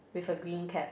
with a green cap